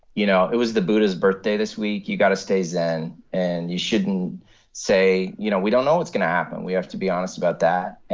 you know, it was the buddha's birthday this week. you've got to stay zen, and you shouldn't say you know, we don't know what's going to happen. we have to be honest about that. and.